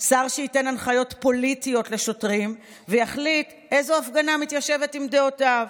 שר שייתן הנחיות פוליטיות לשוטרים ויחליט איזו הפגנה מתיישבת עם דעותיו,